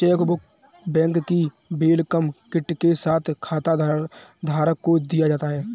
chequebook bank की welcome kit के साथ खाताधारक को दिया जाता है